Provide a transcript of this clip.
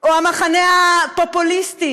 או המחנה הפופוליסטי?